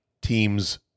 teams